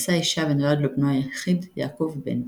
נשא אישה ונולד לו בנו היחיד, יעקב בנטוב.